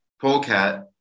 polecat